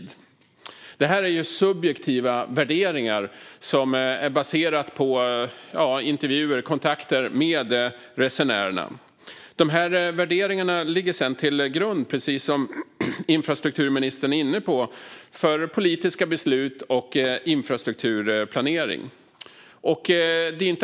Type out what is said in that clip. Detta är subjektiva värderingar som baseras på intervjuer och kontakter med resenärerna. Värderingarna ligger sedan, precis som infrastrukturministern är inne på, till grund för politiska beslut och infrastrukturplanering.